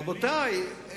רבותי,